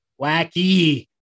wacky